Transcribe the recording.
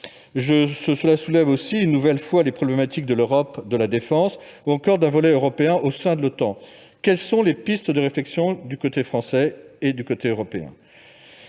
soulève, une nouvelle fois, les problématiques de l'Europe de la défense ou d'un volet européen au sein de l'OTAN. Quelles sont les pistes de réflexion du côté tant français qu'européen ?